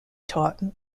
taught